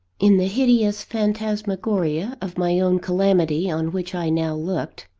in the hideous phantasmagoria of my own calamity on which i now looked,